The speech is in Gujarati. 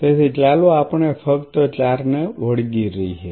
તેથી ચાલો આપણે ફક્ત 4 ને વળગી રહીએ